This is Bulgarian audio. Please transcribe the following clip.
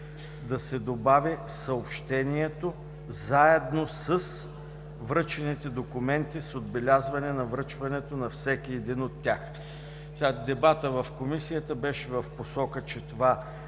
заменят със „съобщението заедно с връчените документи с отбелязване на връчването на всеки един от тях“. Дебатът в Комисията беше в посока, че това